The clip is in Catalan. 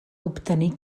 obtenir